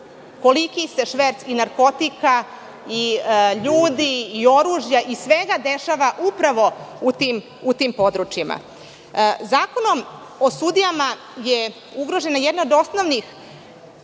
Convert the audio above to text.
koliki se šverc narkotika, ljudi i oružja i svega dešava upravo u tim područjima. Zakonom o sudijama je ugrožen jedan od osnovnih